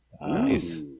Nice